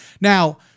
Now